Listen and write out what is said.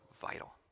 vital